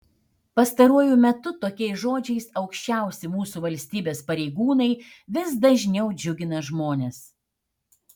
pastaruoju metu tokiais žodžiais aukščiausi mūsų valstybės pareigūnai vis dažniau džiugina žmones